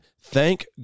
thank